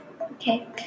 Okay